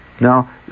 Now